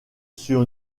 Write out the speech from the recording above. sur